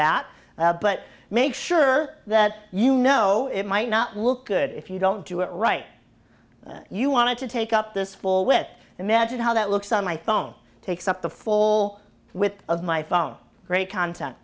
that but make sure that you know it might not look good if you don't do it right that you want to take up this full with imagine how that looks on my phone takes up the full with of my phone great content